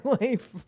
life